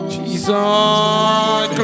Jesus